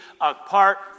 Apart